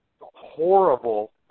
horrible